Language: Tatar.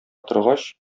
торгач